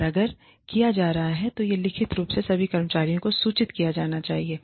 और अगर किया जा रहा है तो यह लिखित रूप में सभी कर्मचारियों को सूचित किया जाना चाहिए